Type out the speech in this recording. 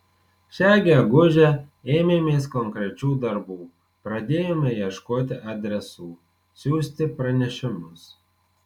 šią gegužę ėmėmės konkrečių darbų pradėjome ieškoti adresų siųsti pranešimus